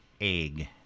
Egg